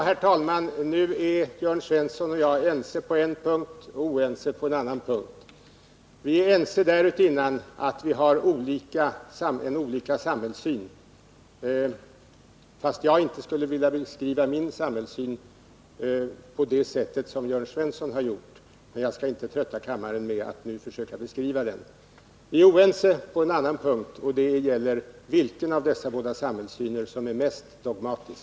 Herr talman! Nu är Jörn Svensson och jag ense på en punkt och oense på en annan punkt. Vi är ense därutinnan att vi har olika samhällssyn; jag skulle inte vilja beskriva min samhällssyn på det sätt som Jörn Svensson har gjort, men jag skall inte trötta kammaren med att nu försöka beskriva den. Vi är oense på en annan punkt, och det gäller vilken av dessa båda samhällssyner som är mest dogmatisk.